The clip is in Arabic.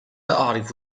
أعرف